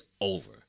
over